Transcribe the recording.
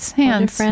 hands